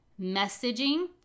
messaging